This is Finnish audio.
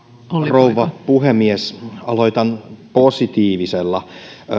rouva puhemies aloitan positiivisella